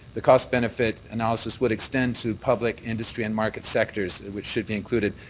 the cost benefit analysis would extend to public industry and market sectors which should be included.